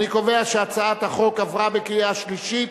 אני קובע שהצעת החוק עברה בקריאה שלישית